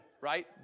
right